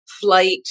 flight